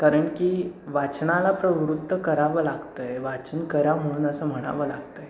कारण की वाचनाला प्रवृत्त करावं लागत आहे वाचन करा म्हणून असं म्हणावं लागत आहे